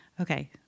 Okay